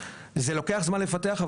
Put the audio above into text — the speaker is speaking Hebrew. זה לוקח זמן לפתח,